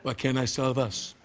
but can't i solve us?